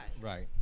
Right